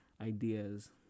ideas